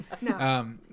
no